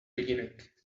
beginning